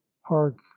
hark